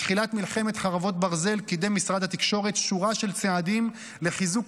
מתחילת מלחמת חרבות ברזל קידם משרד התקשורת שורה של צעדים לחיזוק